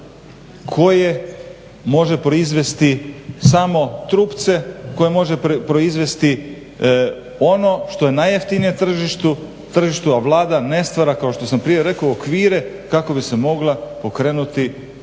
koje može proizvesti samo trupce, koje može proizvesti ono što je najjeftinije na tržištu, a Vlada ne stvara kao što sam prije rekao okvire kako bi se mogla pokrenuti recimo